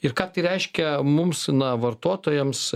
ir ką tai reiškia mums na vartotojams